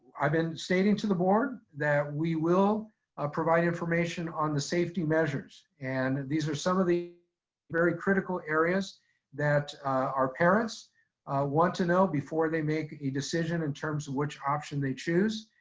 i've been stating to the board that we will provide information on the safety measures. and these are some of the very critical areas that our parents want to know before they make a decision in terms of which option they choose,